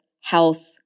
health